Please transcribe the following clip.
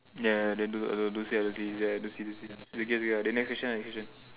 ya then don't say don't say is like don't say don't say it's okay lah the next question next question